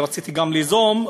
ורציתי גם ליזום,